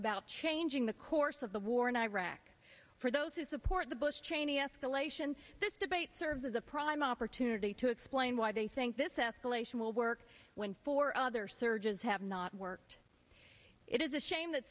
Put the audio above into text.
about changing the course of the war in iraq for those who support the bush cheney escalation this debate serves as a prime opportunity to explain why they think this escalation will work when for other surges have not worked it is a shame that